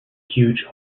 huge